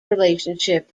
relationship